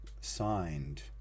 signed